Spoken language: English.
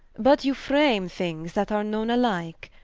but you frame things that are knowne alike,